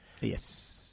Yes